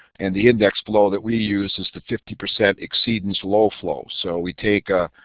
and the index flow that we use is the fifty percent exceedance low flow, so we take a